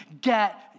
get